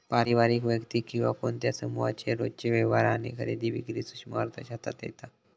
पारिवारिक, वैयक्तिक किंवा कोणत्या समुहाचे रोजचे व्यवहार आणि खरेदी विक्री सूक्ष्म अर्थशास्त्रात येता